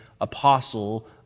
Apostle